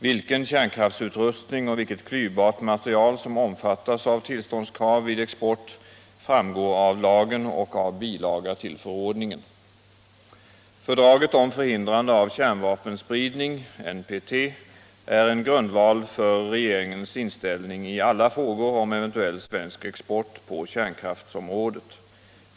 Vilken kärnkraftsutrustning och vilket klyvbart material som omfattas av tillståndskrav vid export framgår av lagen och av bilaga till förordningen. Fördraget om förhindrande av kärnvapenspridning är en grundval för regeringens inställning i alla frågor om eventuell svensk export på kärnkraftsområdet.